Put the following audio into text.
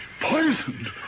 Poisoned